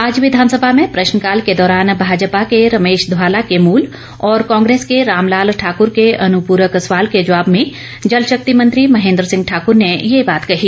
आज विधानसभा में प्रश्नकाल के दौरान भाजपा के रमेश धवाला के मुल और कांग्रेस के राम लाल ठाकर के अनुपूरक सवाल के जवाब में जलशक्ति मंत्री महेंद्र सिंह ठाकर ने ये बात कही